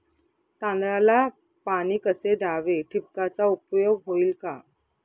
तांदळाला पाणी कसे द्यावे? ठिबकचा उपयोग होईल का?